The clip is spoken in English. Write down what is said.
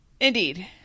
Indeed